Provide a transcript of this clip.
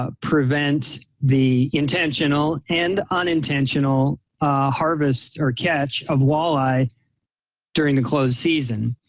ah prevent the intentional and unintentional harvest or catch of walleye during the closed season.